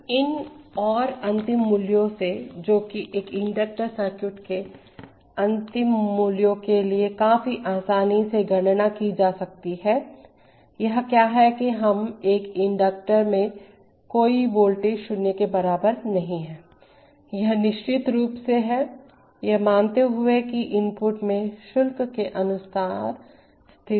तो इन और अंतिम मूल्यों से जो कि एक इंडक्टर सर्किट में अंतिम मूल्यों के लिए काफी आसानी से गणना की जा सकती है यह क्या है कि हम एक इंडक्टर में कोई वोल्टेज 0 के बराबर नहीं है यह निश्चित रूप से है यह मानते हुए कि इनपुट में शुल्क के अनुसार स्थिरांक हैं